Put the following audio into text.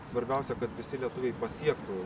svarbiausia kad visi lietuviai pasiektų